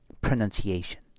pronunciation